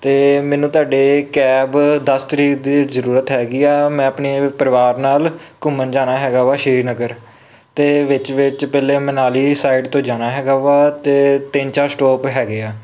ਅਤੇ ਮੈਨੂੰ ਤੁਹਾਡੇ ਕੈਬ ਦਸ ਤਰੀਕ ਦੀ ਜ਼ਰੂਰਤ ਹੈਗੀ ਆ ਮੈਂ ਆਪਣੇ ਪਰਿਵਾਰ ਨਾਲ ਘੁੰਮਣ ਜਾਣਾ ਹੈਗਾ ਵਾ ਸ਼੍ਰੀਨਗਰ ਅਤੇ ਵਿੱਚ ਵਿੱਚ ਪਹਿਲੇ ਮਨਾਲੀ ਸਾਈਡ ਤੋਂ ਜਾਣਾ ਹੈਗਾ ਵਾ ਅਤੇ ਤਿੰਨ ਚਾਰ ਸਟੋਪ ਹੈਗੇ ਆ